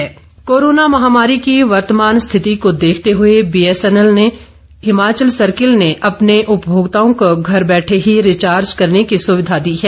BSNL कोरोना महामारी की वर्तमान स्थिति को देखते हुए बीएसएनएल के हिमाचल सर्किल ने अपने उपमोक्ताओं को घर बैठे ही रिचार्ज करने की सुविधा दी है